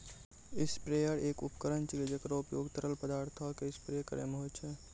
sprayer एक उपकरण छिकै, जेकरो उपयोग तरल पदार्थो क स्प्रे करै म होय छै